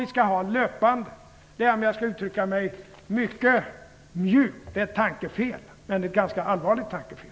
Det är mjukt uttryck ett ganska allvarligt tankefel.